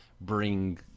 bring